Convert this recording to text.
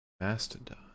Mastodon